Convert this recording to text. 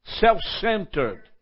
Self-centered